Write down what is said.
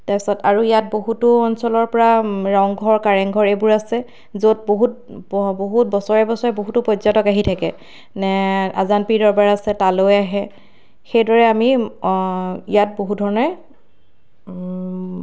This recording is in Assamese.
তাৰ পিছত আৰু ইয়াত বহুতো অঞ্চলৰ পৰা ৰংঘৰ কাৰেংঘৰ এইবোৰ আছে য'ত বহুত বহুত বছৰে বছৰে বহুতো পৰ্যটক আহি থাকে নে আজান পীৰ দৰবাৰ আছে তালৈ আহে সেইদৰে আমি ইয়াত বহু ধৰণে